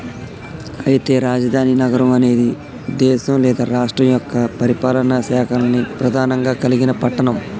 అయితే రాజధాని నగరం అనేది దేశం లేదా రాష్ట్రం యొక్క పరిపాలనా శాఖల్ని ప్రధానంగా కలిగిన పట్టణం